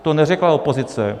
To neřekla opozice.